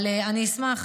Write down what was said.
אשמח,